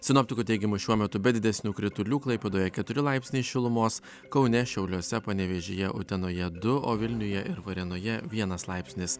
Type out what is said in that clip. sinoptikų teigimu šiuo metu be didesnių kritulių klaipėdoje keturi laipsniai šilumos kaune šiauliuose panevėžyje utenoje du o vilniuje ir varėnoje vienas laipsnis